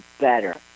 better